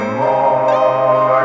more